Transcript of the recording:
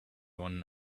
one